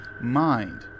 mind